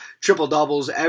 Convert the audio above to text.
triple-doubles